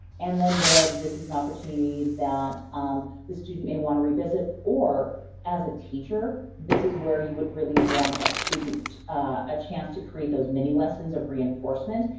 and then red, this is an opportunity that um the student may want to revisit, or as a teacher, this is where you would really want a a chance to create those mini lessons of reinforcement.